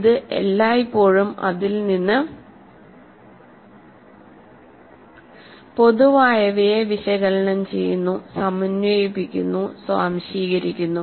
ഇത് എല്ലായ്പ്പോഴും അതിൽ നിന്ന് പൊതുവായവയെ വിശകലനം ചെയ്യുന്നു സമന്വയിപ്പിക്കുന്നുസ്വാംശീകരിക്കുന്നു